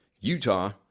utah